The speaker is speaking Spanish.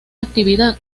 actividad